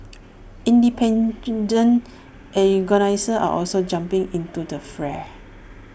independent organisers are also jumping into the fray